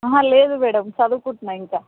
లేదు మ్యాడమ్ చదువుకుంటున్నాను ఇంకా